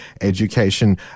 education